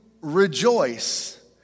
rejoice